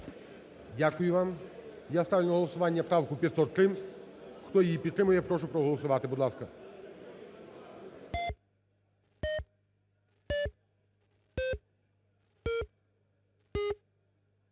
Дякую вам. Я ставлю на голосування правку 503. Хто її підтримує, я прошу проголосувати. Будь ласка.